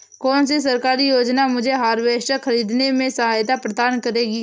कौन सी सरकारी योजना मुझे हार्वेस्टर ख़रीदने में सहायता प्रदान करेगी?